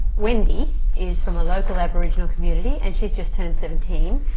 wendy is from a local aboriginal community and she's just turned seventeen.